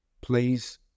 Please